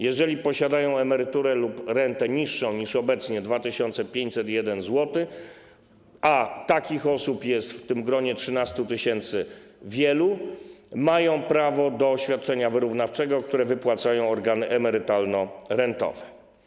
Jeżeli posiadają emeryturę lub rentę niższą niż obecnie 2501 zł, a takich osób jest wiele w tym gronie 13 tys., mają oni prawo do świadczenia wyrównawczego, które wypłacają organy emerytalno-rentowe.